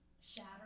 Shatter